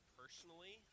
personally